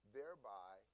Thereby